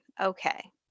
Okay